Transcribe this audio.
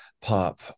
pop